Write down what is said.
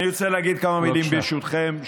אני רוצה להגיד כמה מילים, ברשותכם.